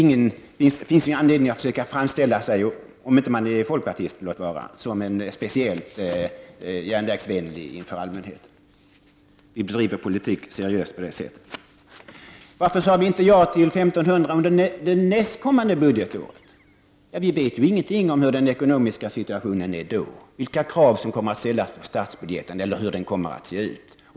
Det finns — om man inte är folkpartist — ingen anledning att försöka framställa sig som speciellt järnvägsvänlig inför allmänheten. Vi driver politik seriöst på det sättet. Varför sade vi inte ja till 1 500 miljoner under nästkommande budgetår? Ja, vi vet ingenting om hurudan den ekonomiska situationen är då, vilka krav som kommer att ställas på statsbudgeten eller hur den kommer att se ut.